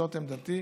זאת עמדתי,